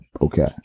okay